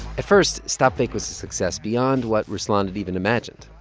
at first, stopfake was a success beyond what ruslan had even imagined.